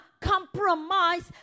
compromise